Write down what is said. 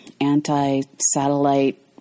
anti-satellite